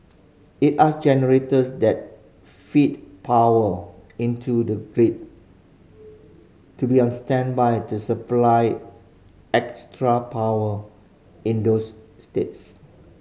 it asked generators that feed power into the grid to be on standby to supply extra power in those states